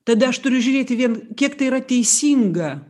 tada aš turiu žiūrėti vien kiek tai yra teisinga